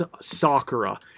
sakura